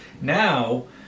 now